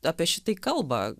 apie šitai kalba